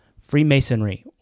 Freemasonry